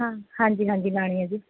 ਹਾਂ ਹਾਂਜੀ ਹਾਂਜੀ ਲਾਣੀ ਹੈ ਜੀ